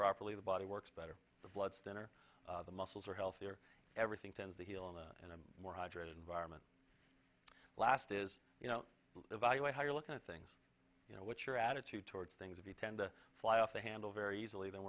properly the body works better the blood stain or the muscles are healthier everything tends to heal on that and i'm more hydrated environment last is you know evaluate how you're looking at things you know what your attitude towards things if you tend to fly off the handle very easily th